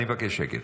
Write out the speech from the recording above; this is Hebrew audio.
אני מבקש שקט.